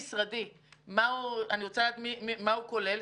אני רוצה לדעת: מה הוא כולל?